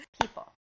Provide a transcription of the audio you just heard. people